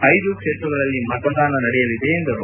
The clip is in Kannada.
ಐದು ಕ್ಷೇತ್ರಗಳಲ್ಲಿ ಮತದಾನ ನಡೆಯಲಿದೆ ಎಂದರು